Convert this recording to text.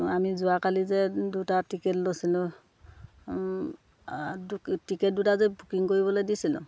আমি যোৱাকালি যে দুটা টিকেট লৈছিলোঁ টিকেট দুটা যে বুকিং কৰিবলৈ দিছিলোঁ